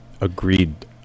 Agreed